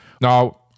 Now